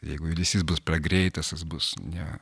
jeigu judesys bus per greitas jis bus ne